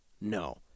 no